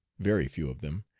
very few of them,